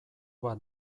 bat